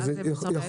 וזה יוצר בעיות.